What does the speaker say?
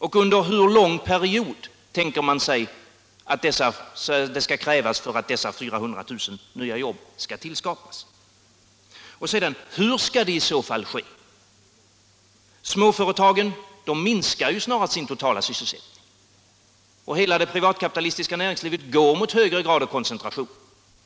Och hur lång period tänker man sig för att tillskapa dessa 400 000 nya jobb? Hur skall det i så fall ske? Småföretagen minskar ju snarast sin totala sysselsättning, och hela det privatkapitalistiska näringslivet går mot en högre grad av koncentration.